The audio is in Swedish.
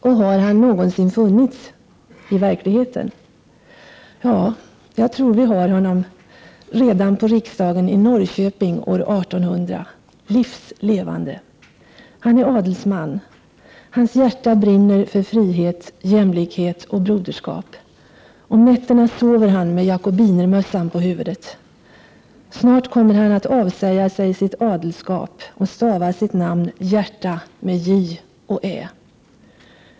Och har han någonsin funnits i verkligheten? Jag tror vi har honom redan på riksdagen i Norrköping år 1800 — livs levande. Han är adelsman. Hans hjärta brinner för frihet, jämlikhet och broderskap. Om nätterna sover han med jakobinermössan på huvudet. Snart kommer han att avsäga sig sitt adelskap och stava sitt namn Järta, med j och ä.